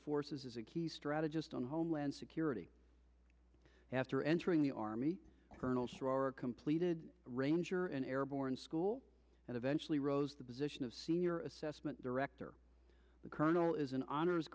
forces as a key strategist on homeland security after entering the army colonel storr completed ranger an airborne school and eventually rose the position of senior assessment director the colonel is an honors